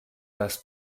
das